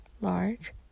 large